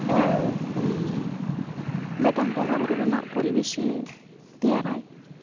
ᱢᱤᱫᱴᱟᱝ ᱵᱚᱸᱜᱟᱼᱵᱳᱨᱳ ᱨᱮᱱᱟᱜ ᱯᱚᱨᱤᱵᱮᱥᱼᱮ ᱛᱮᱭᱟᱨᱟᱭ